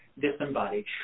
disembodied